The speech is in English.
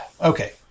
Okay